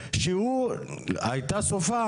לטעון שהייתה סופה.